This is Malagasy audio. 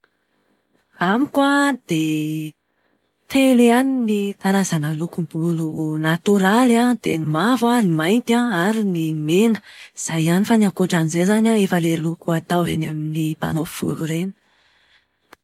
Amiko an, dia telo ihany ny karazana lokom-bolo natoraly an, dia ny mavo, ny mainty ary ny mena. Izay ihany fa ny akoatran'izay izany an, efa ilay loka ataon'ny mpanao volo ireny.